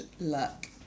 luck